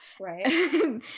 right